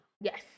Yes